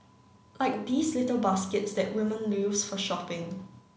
like these little baskets that women used for shopping